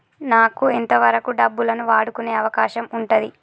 నాకు ఎంత వరకు డబ్బులను వాడుకునే అవకాశం ఉంటది?